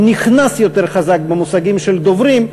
או נכנס יותר חזק במושגים של דוברים,